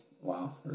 Wow